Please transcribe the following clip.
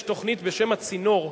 יש תוכנית בשם "הצינור",